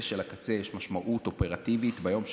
של הקצה יש משמעות אופרטיבית ביום שאחרי,